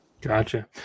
Gotcha